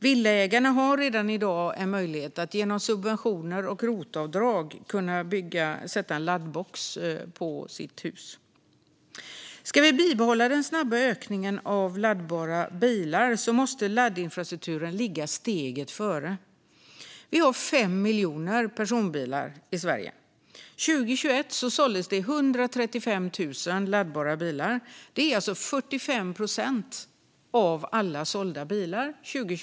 Villaägare har redan i dag möjlighet att genom subventioner och rotavdrag sätta en laddbox på sitt hus. Ska vi bibehålla den snabba ökningen av antalet laddbara bilar måste laddinfrastrukturen ligga steget före. Vi har 5 miljoner personbilar i Sverige. År 2021 såldes det 135 000 laddbara bilar, vilket motsvarar 45 procent av alla sålda bilar det året.